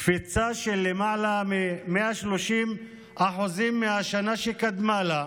קפיצה של למעלה מ-130% מהשנה שקדמה לה,